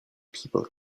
people